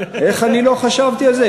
איך אני לא חשבתי על זה?